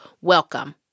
Welcome